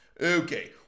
Okay